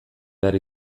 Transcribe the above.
behar